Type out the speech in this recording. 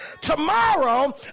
tomorrow